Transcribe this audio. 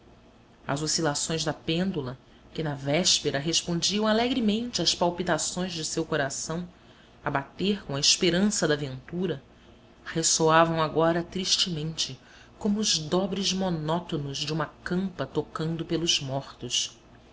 as oscilações da pêndula que na véspera respondiam alegremente às palpitações de seu coração a bater com a esperança da ventura ressoavam agora tristemente como os dobres monótonos de uma campa tocando pelos mortos